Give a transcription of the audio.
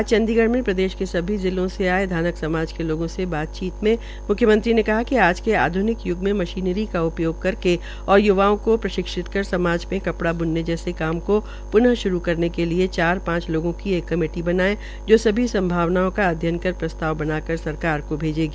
आज चंडीगढ़ में प्रदेश के सभी जिलों के आये धानक समाज के लोगों से बातचीत में म्ख्यमंत्री ने कहा कि आज आध्निक य्ग में मशीनरी का उपयोग करके और य्वाओं को प्रशिक्षित कर समाज के कपड़ा ब्नने जैसे काम को प्न श्रू करने के लिए चार पांच लोगों की एक कमेटी जनाये जो सभी संभावनाओं का अध्ययन पर प्रस्ताव बनाकर सरकार को भेजेगी